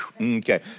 okay